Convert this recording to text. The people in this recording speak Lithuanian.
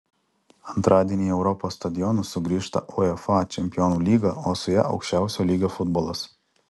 antradienį į europos stadionus sugrįžta uefa čempionų lyga o su ja aukščiausio lygio futbolas